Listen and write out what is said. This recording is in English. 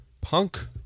punk